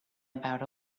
about